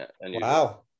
wow